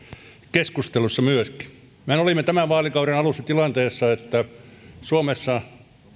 keskustelussa mehän olimme tämän vaalikauden alussa tilanteessa että